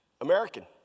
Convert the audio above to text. American